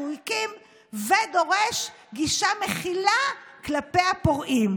הקים ודורש גישה מכילה כלפי הפורעים.